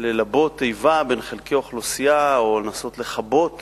בליבוי איבה בין חלקי אוכלוסייה או לנסות לכבות